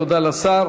תודה לשר.